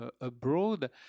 abroad